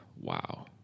wow